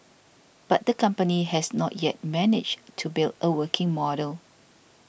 but the company has not yet managed to build a working model